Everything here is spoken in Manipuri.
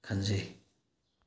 ꯈꯟꯖꯩ